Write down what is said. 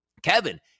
Kevin